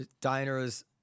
Diners